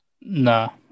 no